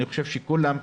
אני חושב שלכולם,